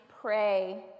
pray